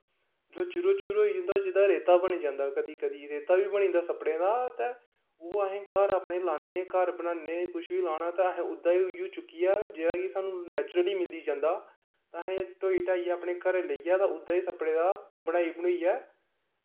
जो चूरो चूर होई जंदा जेह्दा रेता बनी जंदा कदी कदी रेता बी बनी जंदा सप्पड़ें दा ते उऐ अस घर अपने लान्नें घर बनाने कुछ बी लाना ते अस ओह्दा उ'ऐ चुक्कियै जेह्ड़ा कि सानूं नैचुर्ली मिली जंदा ते असें ढोई ढाइयै अपने घर लेआइयै ते ओह्दा गै सप्पड़े दा बनाई बनुइयै